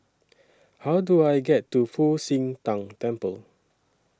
How Do I get to Fu Xi Tang Temple